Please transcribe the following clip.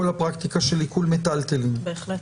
הפרקטיקה של עיקול מיטלטלין --- בהחלט.